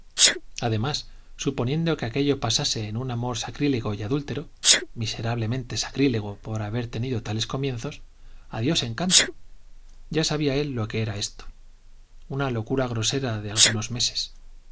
además suponiendo que aquello parase en un amor sacrílego y adúltero miserablemente sacrílego por haber tenido tales comienzos adiós encanto ya sabía él lo que era esto una locura grosera de algunos meses